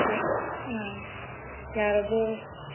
ꯑꯥ ꯌꯥꯔꯕꯣ